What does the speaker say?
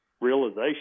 realization